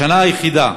השנה היחידה